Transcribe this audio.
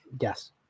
Yes